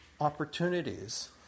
opportunities